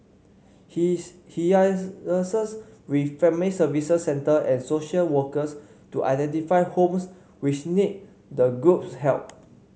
he is he liaises with family service centre and social workers to identify homes which need the group's help